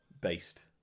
based